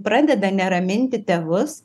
pradeda neraminti tėvus